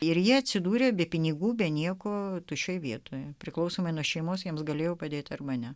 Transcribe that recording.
ir ji atsidūrė be pinigų be nieko tuščioje vietoje priklausomai nuo šeimos jiems galėjau padėti ir mane